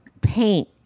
paint